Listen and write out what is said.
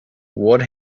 what